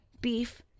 beef